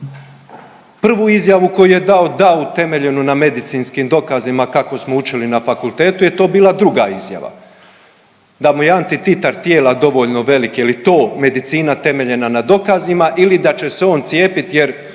prvu izjavu koju je dao, dao utemeljenu na medicinskim dokazima kako smo učili na fakultetu je to bila druga izjava, da mu je anti tirar tijela dovoljno velik je li to medicina temeljena na dokazima ili da će se on cijepit jer